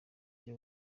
njya